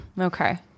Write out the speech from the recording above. okay